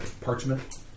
parchment